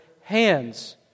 hands